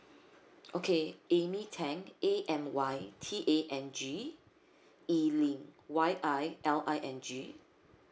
okay amy tang A M Y T A N G yiling Y I L I N G